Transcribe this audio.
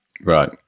Right